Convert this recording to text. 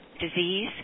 disease